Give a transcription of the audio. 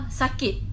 sakit